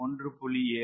7 ஆகும்